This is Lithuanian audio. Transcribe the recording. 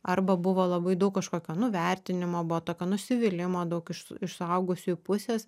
arba buvo labai daug kažkokio nuvertinimo buvo tokio nusivylimo daug iš iš suaugusiųjų pusės